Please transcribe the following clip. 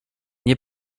nie